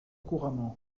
couramment